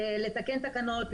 לתקן תקנות,